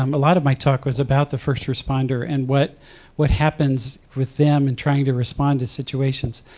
um a lot of my talk was about the first responder and what what happens with them and trying to respond to situations.